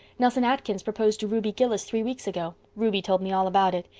nelson atkins proposed to ruby gillis three weeks ago. ruby told me all about it.